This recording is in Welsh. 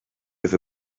fydd